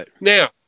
Now